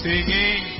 Singing